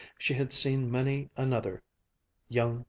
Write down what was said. she had seen many another young,